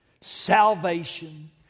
Salvation